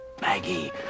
Maggie